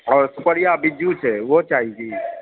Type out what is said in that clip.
आओर सुपड़िआ बीज़्जू छै ओहो चाही की